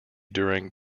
during